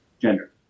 gender